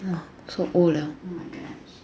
!wah! so old 了